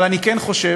אבל אני כן חושב